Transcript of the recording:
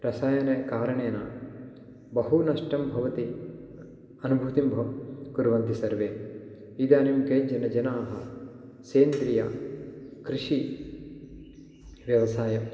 रसायनकारणेन बहू नष्टं भवति अनुभूतिं भ् कुर्वन्ति सर्वे इदानीं केचन जनाः सेन्द्रिय कृषिव्यवसायः